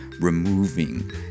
removing